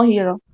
Hero